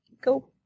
Go